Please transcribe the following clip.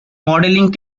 modelling